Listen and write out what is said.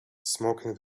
smoking